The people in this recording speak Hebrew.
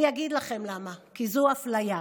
אני אגיד לכם למה, כי זו אפליה.